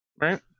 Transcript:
right